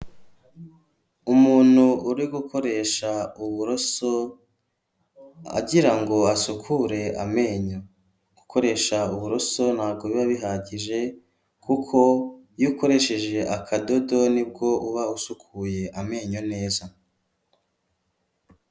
Umuntu uri gukoresha uburoso agirango ngo asukure amenyo, gukoresha uburoso ntabwo biba bihagije kuko iyo ukoresheje akadodo nibwo uba usukuye amenyo neza.